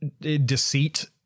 deceit